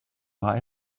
war